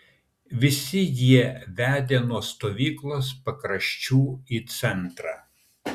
visi jie vedė nuo stovyklos pakraščių į centrą